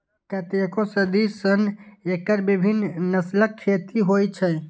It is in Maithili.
कतेको सदी सं एकर विभिन्न नस्लक खेती होइ छै